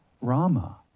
Rama